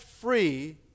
free